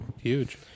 Huge